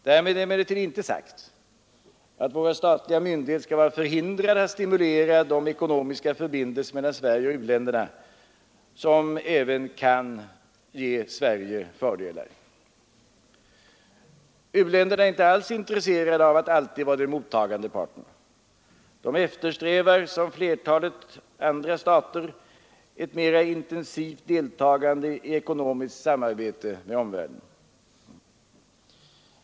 Därmed är emellertid inte sagt att våra statliga myndigheter skall vara förhindrade att stimulera de ekonomiska förbindelser mellan Sverige och u-länderna som även kan ge Sverige fördelar. U-länderna är inte alls intresserade av att alltid vara den mottagande parten. De eftersträvar som flertalet andra stater ett mera intensivt deltagande i ekonomiskt samarbete med omvärlden.